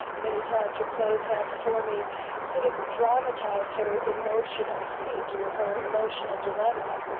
many times, her clothes have for me sort of dramatized her emotional state and or her emotional dilemma.